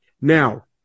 Now